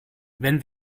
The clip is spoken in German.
wenn